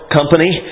Company